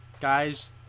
guys